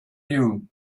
you